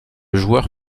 joueur